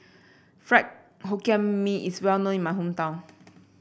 Fried Hokkien Mee is well known in my hometown